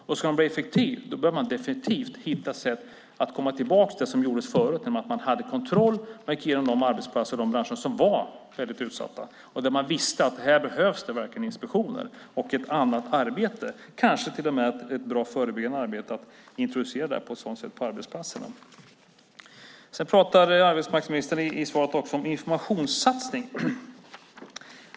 Om man ska bli effektiv bör man definitivt hitta sätt att komma tillbaka till det man gjorde förut, när man hade kontroller och gick igenom de arbetsplatser och branscher som var utsatta. Då visste man att det verkligen behövdes inspektioner och ett annat arbete där, kanske till och med ett bra förebyggande arbete med att introducera detta på arbetsplatserna. Arbetsmarknadsministern pratar även i svaret om en informationssatsning.